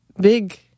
big